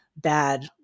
bad